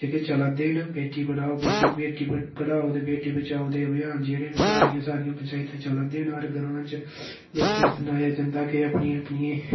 जेह्के चलै'रदे न बेटी बनाओ बेची बेटी पढ़ाओ ते बेटी बचाओ दे अभियान जेह्ड़े न सारियें सारियें पंचायतें चले दे न हर ग्रांऽ च लोकें गी सनाया जं'दा के अपनियें अपनियें